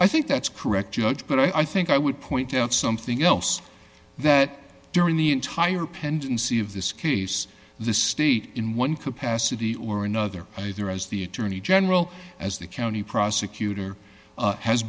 i think that's correct judge but i think i would point out something else that during the entire pendency of this case the state in one capacity or another either as the attorney general as the county prosecutor